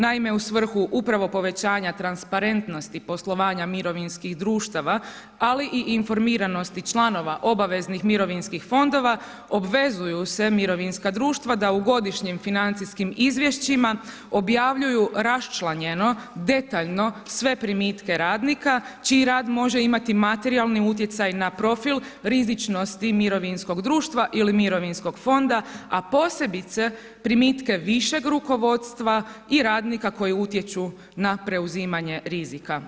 Naime, u svrhu upravo povećanja transparentnosti poslovanja mirovinskih društava, ali i informiranosti članova obaveznih mirovinskih fondova obvezuju se mirovinska društva da u godišnjim financijskim izvješćima objavljuju raščlanjeno, detaljno sve primitke radnika čiji rad može imati materijalni utjecaj na profil rizičnosti mirovinskog društva ili mirovinskog fonda, a posebice primitke višeg rukovodstva i radnika koji utječu na preuzimanje rizika.